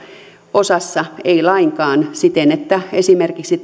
osassa ei lainkaan ja esimerkiksi